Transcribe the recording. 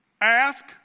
Ask